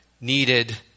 needed